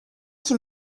qui